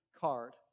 card